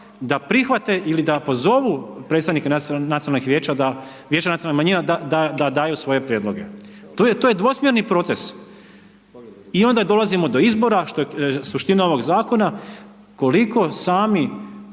da prihvate ili da pozovu predstavnike nacionalnih vijeća, Vijeća nacionalnih manjina da daju svoje prijedloge. To je dvosmjerni proces. I onda dolazimo do izbora što je suština ovog zakona, koliko sami